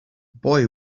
boy